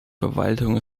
verwaltung